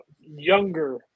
younger